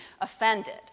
offended